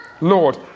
Lord